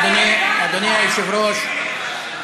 אדוני היושב-ראש,